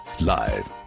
Live